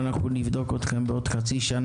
הדחיפות של הדיון נובעת מכך שהדואר בקריסה